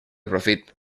profit